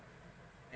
and